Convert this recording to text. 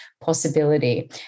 possibility